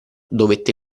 dovette